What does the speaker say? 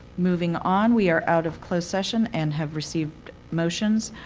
moving on, we are out of closed session and have received motions.